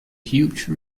huge